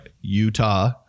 Utah